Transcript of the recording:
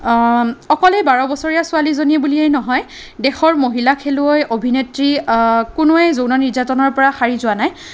অকল এই বাৰ বছৰীয়া ছোৱালীজনীয়ে বুলিয়েই নহয় দেশৰ মহিলা খেলুৱৈ অভিনেত্ৰী কোনোৱেই এই যৌন নিৰ্যাতনৰ পৰা হাৰি যোৱা নাই